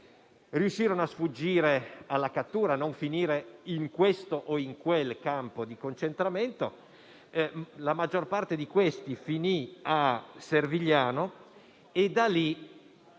riusciranno a sfuggire alla cattura e a non finire in questo o in quel campo di concentramento. La maggior parte di essi finì a Servigliano e da lì,